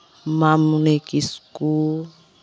ᱢᱟᱢᱚᱱᱤ ᱠᱤᱥᱠᱩ